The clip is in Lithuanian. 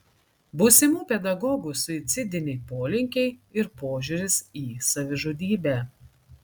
būsimų pedagogų suicidiniai polinkiai ir požiūris į savižudybę